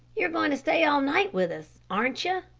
you're going to stay all night with us, aren't you?